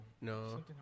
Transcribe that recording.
No